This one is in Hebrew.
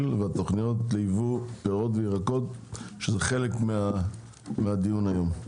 והתכניות ליבוא פירות וירקות שזה חלק מהדיון היום.